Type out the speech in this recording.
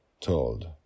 Told